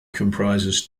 comprises